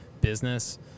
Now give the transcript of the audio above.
business